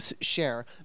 share